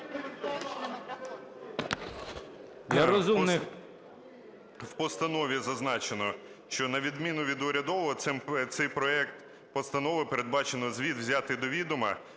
В постанові зазначено, що, на відміну від урядового, цим проектом постанови передбачено звіт взяти до відома